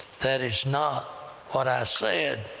that is not what i said.